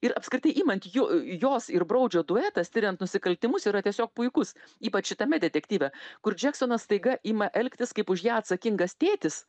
ir apskritai imant jo jos ir broudžio duetas tiriant nusikaltimus yra tiesiog puikus ypač šitame detektyve kur džeksonas staiga ima elgtis kaip už ją atsakingas tėtis